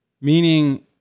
meaning